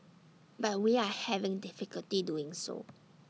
but we are having difficulty doing so